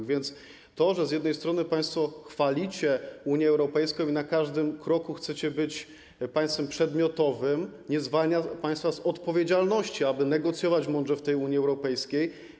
Tak więc to, że z jednej strony państwo chwalicie Unię Europejską i na każdym kroku chcecie być państwem przedmiotowym, nie zwalnia państwa z odpowiedzialności, aby mądrze negocjować w tej Unii Europejskiej.